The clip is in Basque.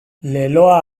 leloa